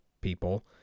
people